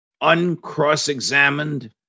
uncross-examined